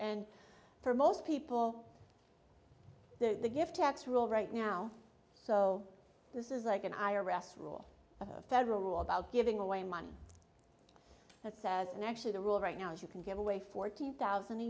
and for most people the gift tax rule right now so this is like an ira rest rule of federal rule about giving away money that says and actually the rule right now is you can give away fourteen thousand a